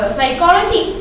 Psychology